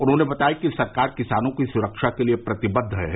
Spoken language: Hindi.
उन्होंने बताया कि सरकार किसानों की सुरक्षा के लिए प्रतिबद्द है